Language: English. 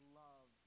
love